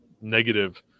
negative